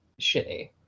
shitty